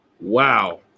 Wow